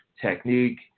technique